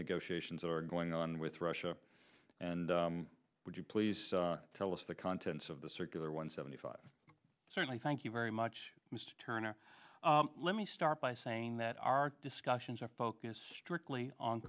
negotiations are going on with russia and would you please tell us the contents of the circular one seventy five certainly thank you very much mr turner let me start by saying that our discussions are focused strictly on